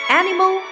animal